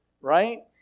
right